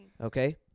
Okay